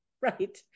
Right